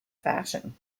fashion